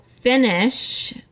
finish